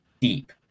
deep